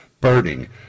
burning